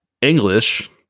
English